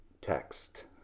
text